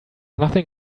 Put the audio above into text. nothing